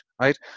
right